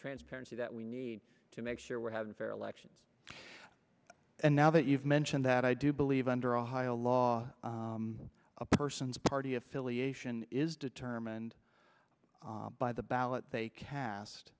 transparency that we need to make sure we're having fair elections and now that you've mentioned that i do believe under ohio law a person's party affiliation is determined by the ballot they cast